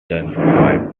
done